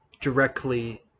directly